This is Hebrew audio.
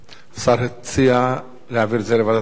השר הציע להעביר את זה לוועדת הכספים.